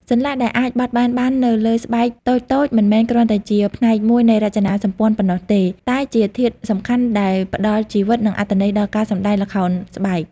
សន្លាក់ដែលអាចបត់បែនបាននៅលើរូបស្បែកតូចៗ មិនមែនគ្រាន់តែជាផ្នែកមួយនៃរចនាសម្ព័ន្ធប៉ុណ្ណោះទេ តែជាធាតុសំខាន់ដែលផ្តល់ជីវិត និងអត្ថន័យដល់ការសម្តែងល្ខោនស្បែក។